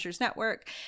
Network